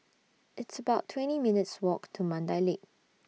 It's about twenty minutes' Walk to Mandai Lake